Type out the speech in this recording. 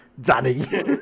Danny